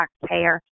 taxpayer